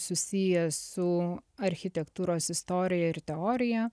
susiję su architektūros istorija ir teorija